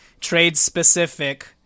trade-specific